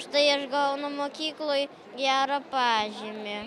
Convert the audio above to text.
štai aš gaunu mokykloj gerą pažymį